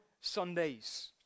Sundays